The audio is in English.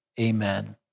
amen